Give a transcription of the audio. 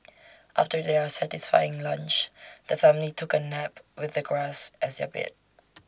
after their satisfying lunch the family took A nap with the grass as their bed